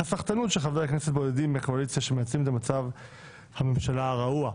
"הסחטנות של חברי כנסת בודדים מהקואליציה המנצלים את מצב הממשלה הרעוע".